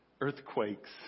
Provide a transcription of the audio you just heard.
earthquakes